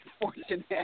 fortunate